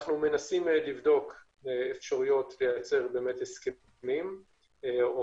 אנחנו מנסים לבדוק אפשרויות לייצר הסכמים או